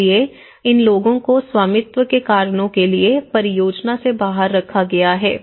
इसलिए इन लोगों को स्वामित्व के कारणों के लिए परियोजना से बाहर रखा गया है